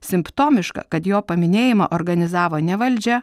simptomiška kad jo paminėjimą organizavo ne valdžia